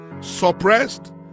suppressed